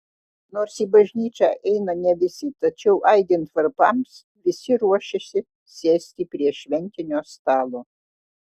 nors į bažnyčią eina ne visi tačiau aidint varpams visi ruošiasi sėsti prie šventinio stalo